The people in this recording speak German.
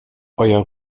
euer